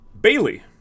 bailey